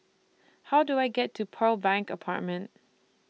How Do I get to Pearl Bank Apartment